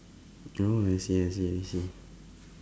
oh I see I see I see